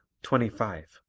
twenty five.